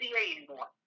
anymore